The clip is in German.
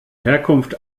herkunft